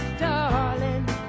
darling